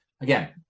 again